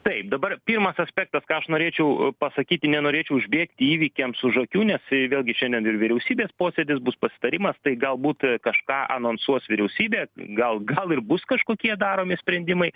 taip dabar pirmas aspektas ką aš norėčiau pasakyti nenorėčiau užbėgti įvykiams už akių nes tai vėlgi šiandien ir vyriausybės posėdis bus pasitarimas tai galbūt kažką anonsuos vyriausybė gal gal ir bus kažkokie daromi sprendimai